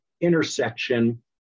intersection